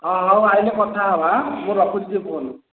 ଅ ହଉ ଆସିଲେ କଥା ହବା ମୁଁ ରଖୁଛି ଫୋନ୍